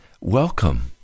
Welcome